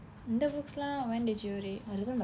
இந்த:intha books எல்லாம்:ellaam when did you read